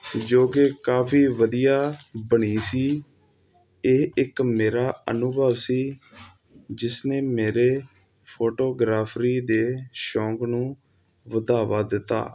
ਜੋ ਕਿ ਕਾਫ਼ੀ ਵਧੀਆ ਬਣੀ ਸੀ ਇਹ ਇੱਕ ਮੇਰਾ ਅਨੁਭਵ ਸੀ ਜਿਸ ਨੇ ਮੇਰੇ ਫੋਟੋਗ੍ਰਾਫਰੀ ਦੇ ਸ਼ੌਂਕ ਨੂੰ ਵਧਾਵਾ ਦਿੱਤਾ